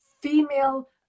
female